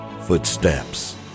footsteps